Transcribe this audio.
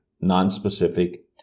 non-specific